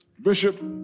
Bishop